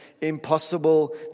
impossible